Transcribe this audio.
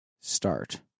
start